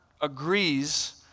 agrees